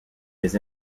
des